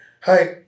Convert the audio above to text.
hi